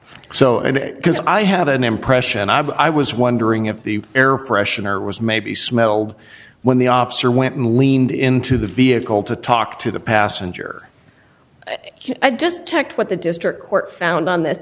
because i had an impression i was wondering if the air freshener was maybe smelled when the officer went and leaned into the vehicle to talk to the passenger i just checked what the district court found on this